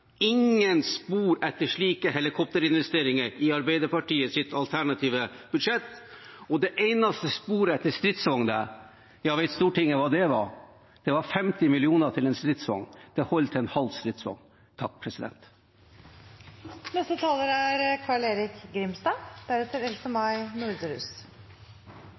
ingen spor etter slike helikopterinvesteringer i Arbeiderpartiets alternative budsjett, og det eneste sporet etter stridsvogner – ja, vet Stortinget hva det var? Det var 50 mill. kr til en stridsvogn. Det holder til en halv